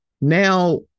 now